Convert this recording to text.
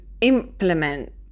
implement